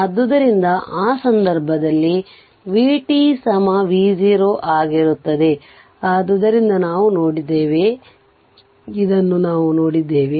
ಆದ್ದರಿಂದ ಆ ಸಂದರ್ಭದಲ್ಲಿ vt v0 ಆಗಿರುತ್ತದೆ ಅದರಿಂದ ನಾವು ನೋಡಿದ್ದೇವೆ ಇದನ್ನು ನಾವು ನೋಡಿದ್ದೇವೆ